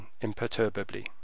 imperturbably